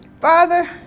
Father